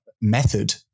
method